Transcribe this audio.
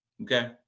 Okay